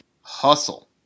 Hustle